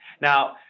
Now